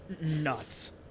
nuts